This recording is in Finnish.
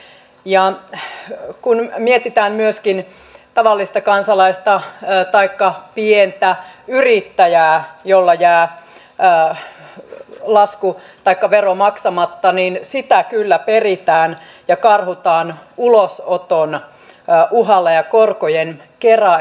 ja kun mietitään myöskin tavallista kansalaista taikka pientä yrittäjää jolla jää lasku taikka vero maksamatta niin sitä kyllä peritään ja karhutaan ulosoton uhalla ja korkojen kera